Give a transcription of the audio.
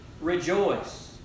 rejoice